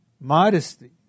modesty